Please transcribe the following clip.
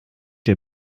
dir